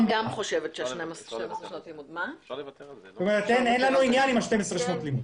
גם אני חושבת שאפשר לוותר על 12 שנות לימוד.